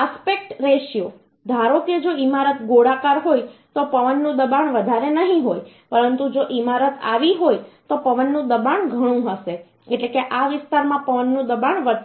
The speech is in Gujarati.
આસ્પેક્ટ રેશિયો ધારો કે જો ઈમારત ગોળાકાર હોય તો પવનનું દબાણ વધારે નહિ હોય પરંતુ જો ઈમારત આવી હોય તો પવનનું દબાણ ઘણું હશે એટલે કે આ વિસ્તારમાં પવનનું દબાણ વધશે